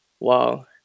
Wow